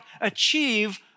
achieve